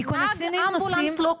אף אמבולנס לא כונן,